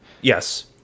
Yes